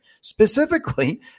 Specifically